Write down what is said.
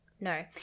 no